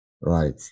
Right